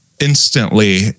instantly